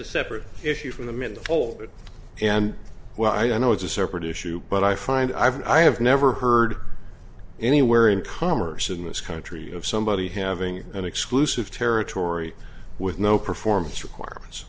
a separate issue from the middle folded and well i know it's a separate issue but i find i mean i have never heard anywhere in commerce in this country of somebody having an exclusive territory with no performance requirements